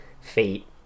Fate